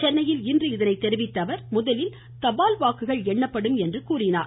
சென்னையில் இன்று இதனை தெரிவித்த அவர் முதலில் தபால் வாக்குகள் எண்ணப்படும் என்று கூறினார்